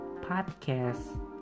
podcast